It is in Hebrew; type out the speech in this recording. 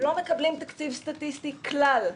לא מקבלים תקציב סטטיסטי כלל.